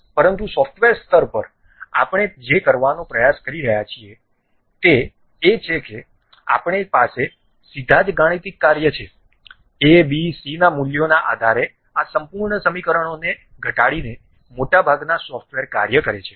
પરંતુ સોફ્ટવેર સ્તર પર આપણે જે કરવાનો પ્રયાસ કરી રહ્યા છીએ તે એ છે કે આપણે પાસે સીધા જ ગાણિતિક કાર્ય છે a b c ના મૂલ્યોના આધારે આ સંપૂર્ણ સમીકરણોને ઘટાડીને મોટાભાગના સોંફ્ટવેર કાર્ય કરે છે